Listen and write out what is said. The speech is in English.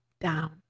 down